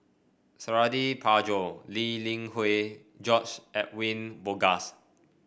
Suradi Parjo Lee Li Hui George Edwin Bogaars